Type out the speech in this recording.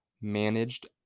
managed